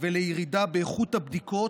ועל פי ההלכה שנינו יודעים שהם אינם יהודים.